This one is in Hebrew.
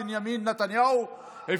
ראש הממשלה בנימין נתניהו, אהה.